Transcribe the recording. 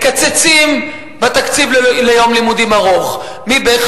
מקצצים בתקציב ליום לימודים ארוך מבערך